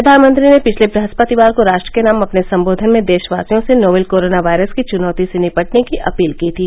प्रधानमंत्री ने पिछले वृहस्पतिवार को राष्ट्र के नाम अपने सम्बोधन में देशवासियों से नोवेल कोरोना वायरस की चुनौती से निपटने की अपील की थी